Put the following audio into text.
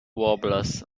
warblers